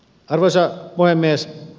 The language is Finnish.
arvoisa puhemies